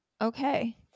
Okay